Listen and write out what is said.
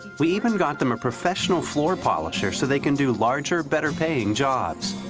we even got them a professional floor polisher so they could do larger, better-paying jobs.